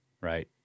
Right